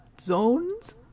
Zones